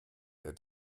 der